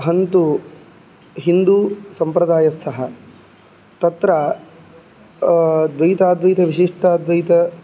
अहं तु हिन्दूसम्प्रदायस्थः तत्र द्वैताद्वैतविशिष्टाद्वैत